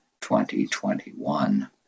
2021